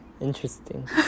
Interesting